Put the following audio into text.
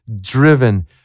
driven